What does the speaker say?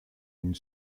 une